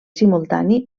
simultani